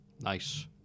nice